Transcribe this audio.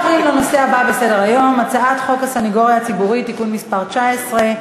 תוסיפי את חבר הכנסת נחמן שי.